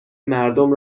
مردم